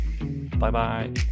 Bye-bye